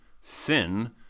sin